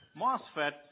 MOSFET